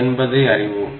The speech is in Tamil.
என்பதை அறிவோம்